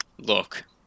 Look